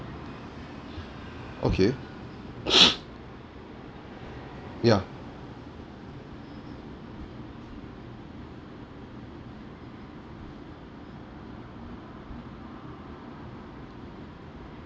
okay ya